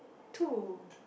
two